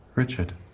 Richard